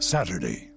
Saturday